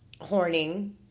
Horning